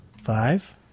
five